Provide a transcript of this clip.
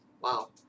wow